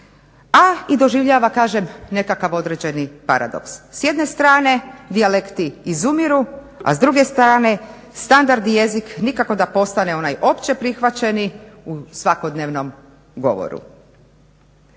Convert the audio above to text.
a doživljava kažem nekakav određeni paradoks. S jedne strane dijalekti izumiru, a s druge strane standardni jezik nikako da postane onaj općeprihvaćeni u svakodnevnom govoru.